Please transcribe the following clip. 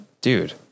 dude